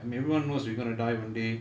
I mean everyone knows we're going to die one day